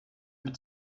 mit